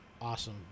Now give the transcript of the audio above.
awesome